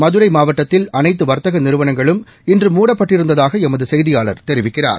மதுரை மாவட்டத்தில் அனைத்து வாத்தக நிறுவனங்களும் இன்று மூடப்பட்டிந்ததாக எமது செய்தியாளா தெரிவிக்கிறார்